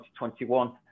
2021